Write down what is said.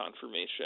confirmation